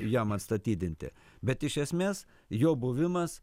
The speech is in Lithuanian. jam atstatydinti bet iš esmės jo buvimas